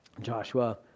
Joshua